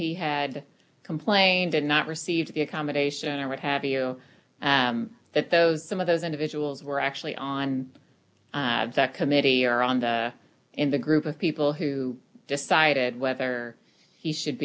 he had complained did not receive the accommodation or what have you that those some of those individuals were actually on that committee or on the in the group of people who decided whether he should